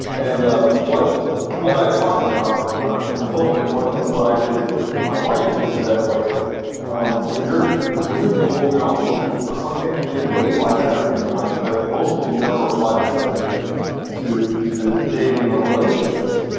and ah what what i talk about in the book and at what i did with with my wife is that like um when you're when you're going out looking for something and it really applies to everything in life but most people never apply this idea to to dating or relationships.